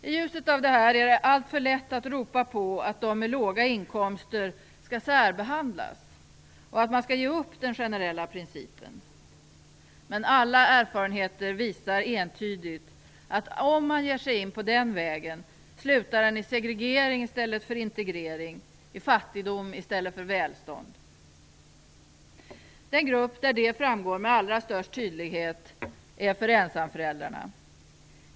I ljuset av detta är det alltför lätt att ropa på att de med låga inkomster skall särbehandlas och att man skall ge upp den generella principen. Men alla erfarenheter visar entydigt att om man ger sig in på den vägen slutar den i segregering i stället för integrering, fattigdom i stället för välstånd. Den grupp där det framgår med allra störst tydlighet är för ensamföräldrarna.